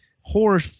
horror